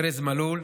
ארז מלול,